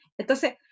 Entonces